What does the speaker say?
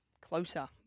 closer